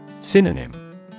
Synonym